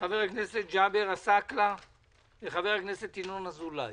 ג'אבר עסאקלה וינון אזולאי.